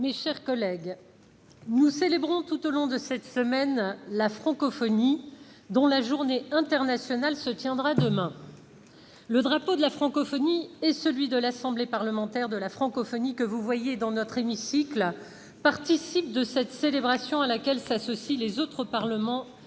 Mes chers collègues, nous célébrons tout au long de cette semaine la francophonie, dont la Journée internationale se tiendra demain. Le drapeau de la francophonie et celui de l'Assemblée parlementaire de la francophonie que vous voyez dans notre hémicycle participent de cette célébration à laquelle s'associent les autres parlements